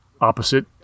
opposite